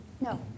No